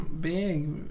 big